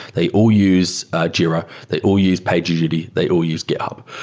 they all use jira. they all use pagerduty. they all use github.